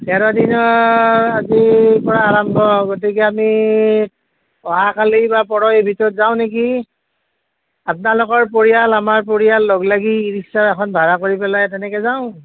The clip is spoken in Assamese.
তেৰদিনীয়াৰ আজিৰ পৰা আৰম্ভ হ'ব গতিকে আমি অহা কালি বা পৰহিৰ ভিতৰত যাওঁ নেকি আপোনালোকৰ পৰিয়াল আমাৰ পৰিয়াল লগ লাগি ই ৰিক্সা এখন ভাড়া কৰি পেলাই তেনেকৈ যাওঁ